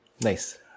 Nice